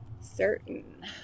certain